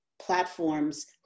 platforms